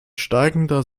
steigender